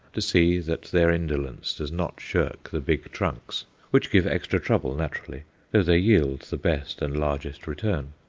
to see that their indolence does not shirk the big trunks which give extra trouble naturally, though they yield the best and largest return.